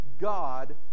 God